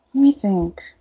me think,